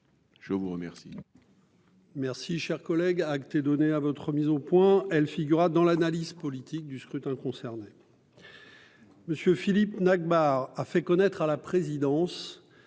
je vous remercie